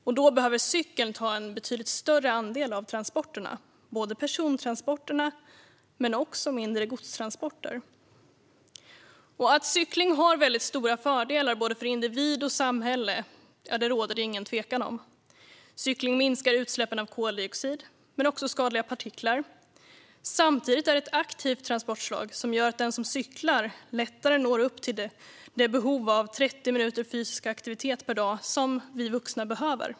Och då behöver cykeln ta en betydligt större andel av transporterna, både persontransporter och mindre godstransporter. Att cykling har väldigt stora fördelar både för individ och för samhälle råder det ingen tvekan om. Cykling minskar utsläppen av koldioxid men också av skadliga partiklar. Samtidigt är det ett aktivt transportslag, som gör att den som cyklar lättare når upp till det behov av 30 minuters fysisk aktivitet per dag som vi vuxna har.